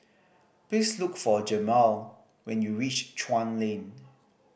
please look for Jemal when you reach Chuan Lane